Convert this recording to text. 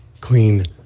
clean